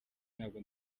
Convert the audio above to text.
ntabwo